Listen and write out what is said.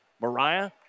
Mariah